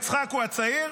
יצחק הוא הצעיר,